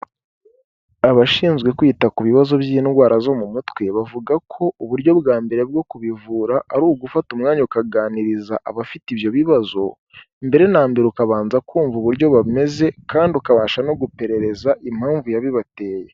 Abashinzwe kwita ku bibazo by'indwara zo mu mutwe bavuga ko uburyo bwa mbere bwo kubivura ari ugufata umwanya ukaganiriza abafite ibyo bibazo, mbere na mbere ukabanza kumva uburyo bameze kandi ukabasha no guperereza impamvu yabibateye.